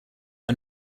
are